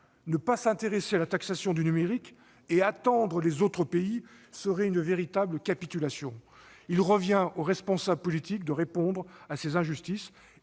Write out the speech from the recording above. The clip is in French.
ne pas s'intéresser à la taxation du numérique et attendre les autres pays serait une véritable capitulation. Il revient aux responsables politiques de répondre à ces injustices